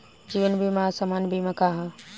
जीवन बीमा आ सामान्य बीमा का ह?